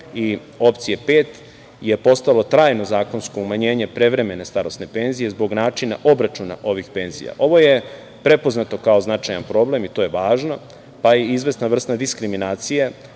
opcije pet je postalo trajno zakonsko umanjenje prevremene starosne penzije zbog načina obračuna ovih penzija. Ovo je prepoznato kao značajan problem, i to je važno, pa i izvesna vrsta diskriminacije,